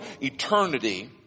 eternity